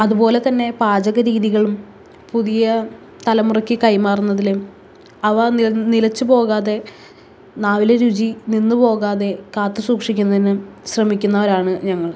അതുപോലെത്തന്നെ പാചകരീതികളും പുതിയ തലമുറയ്ക്ക് കൈമാറുന്നതിലും അവ നിലച്ചുപോകാതെ നാവിലെ രുചി നിന്നുപോകാതെ കാത്തുസൂക്ഷിക്കുന്നതിനും ശ്രമിക്കുന്നവരാണ് ഞങ്ങൾ